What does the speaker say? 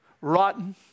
rotten